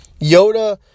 Yoda